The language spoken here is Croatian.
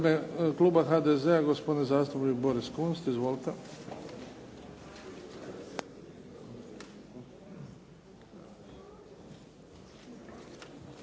Hvala vam